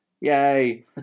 Yay